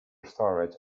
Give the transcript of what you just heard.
storage